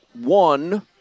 one